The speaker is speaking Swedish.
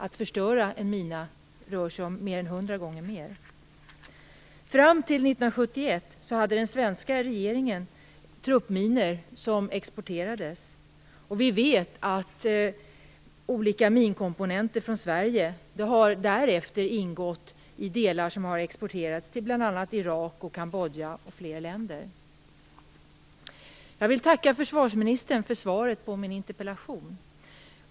Att förstöra en mina kostar mer än 100 gånger mer. Fram till 1971 tillät den svenska regeringen export av truppminor. Vi vet att olika minkomponenter från Sverige därefter har ingått i delar som har exporterats till bl.a. Irak och Kambodja. Jag vill tacka försvarsministern för svaret på min interpellation.